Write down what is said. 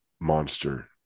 Monster